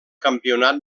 campionat